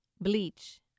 bleach